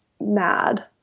mad